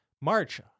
March